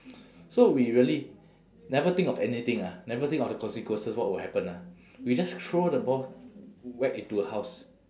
so we really never think of anything ah never think of the consequences what will happen ah we just throw the ball whack into her house